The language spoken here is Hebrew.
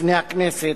בפני הכנסת,